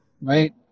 right